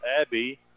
Abby